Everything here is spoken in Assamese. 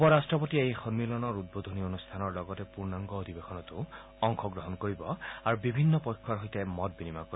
উপ ৰাষ্ট্ৰপতিয়ে এই সম্মিলনৰ উদ্বোধনী অনুষ্ঠানৰ লগতে পূৰ্ণাংগ অধিৱেশনতো অংশগ্ৰহণ কৰিব আৰু বিভিন্ন পক্ষৰ সৈতে মত বিনিময় কৰিব